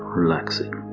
relaxing